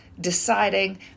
Deciding